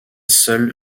seul